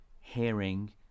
hearing